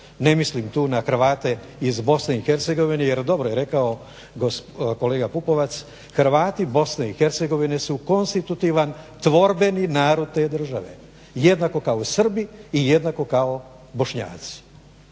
ne mislim tu na Hrvate iz BiH jer dobro je rekao kolega Pupovac Hrvati BiH su konstitutivan tvorbeni narod te države jednako kao Srbi i jednako kao Bošnjaci.